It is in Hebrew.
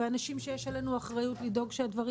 ואנשים שיש עלינו אחריות לדאוג שהדברים